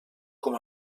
com